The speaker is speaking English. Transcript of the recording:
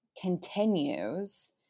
continues